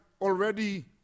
already